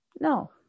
No